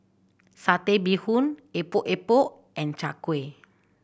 Satay Bee Hoon Epok Epok and Chai Kueh